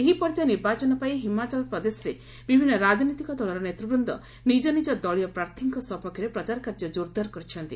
ଏହି ପର୍ଯ୍ୟାୟ ନିର୍ବାଚନ ପାଇଁ ହିମାଚଳ ପ୍ରଦେଶରେ ବିଭିନ୍ନ ରାଜନୈତିକ ଦଳର ନେତୃବୃନ୍ଦ ନିଜ ନିଜ ଦଳୀୟ ପ୍ରାର୍ଥୀଙ୍କ ସପକ୍ଷରେ ପ୍ରଚାର କାର୍ଯ୍ୟ ଜୋର୍ଦାର୍ କରିଛନ୍ତି